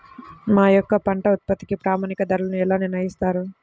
మా యొక్క పంట ఉత్పత్తికి ప్రామాణిక ధరలను ఎలా నిర్ణయిస్తారు?